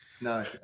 No